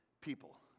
people